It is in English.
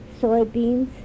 soybeans